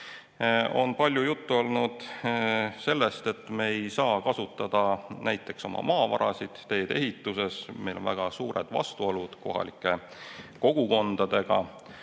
On palju juttu olnud sellest, et me ei saa kasutada näiteks oma maavarasid teedeehituses, sest meil on väga suured vastuolud kohalike kogukondadega.